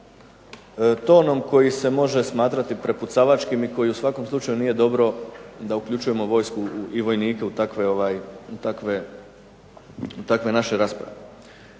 sa tonom koji se može smatrati prepucavački i što u svakom slučaju nije dobro da uključujemo vojsku i vojnike u takve naše rasprave.